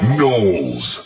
Knowles